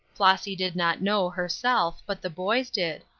flossy did not know, herself, but the boys did.